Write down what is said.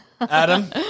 Adam